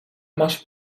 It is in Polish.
masz